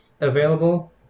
available